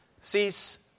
Cease